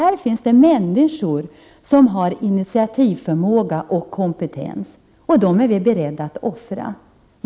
Där finns människor som har initiativförmåga och kompetens, men man är ändå beredd att offra dem.